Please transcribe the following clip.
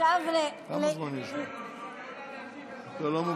שרן, אם הם היו יודעים שאת עולה להשיב, הם לא היו,